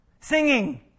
Singing